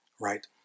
right